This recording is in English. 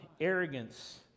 arrogance